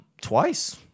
twice